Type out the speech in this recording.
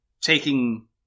taking